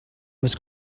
was